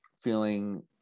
feeling